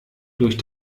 durch